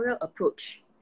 approach